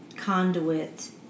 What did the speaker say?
conduit